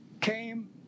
came